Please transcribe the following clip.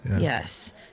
Yes